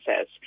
says